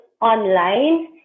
online